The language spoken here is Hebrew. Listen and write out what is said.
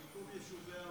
שיקום יישובי העוטף.